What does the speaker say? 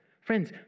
Friends